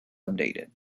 updated